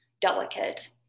delicate